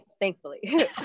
Thankfully